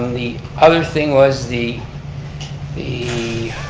um the other thing was the the